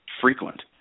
frequent